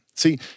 See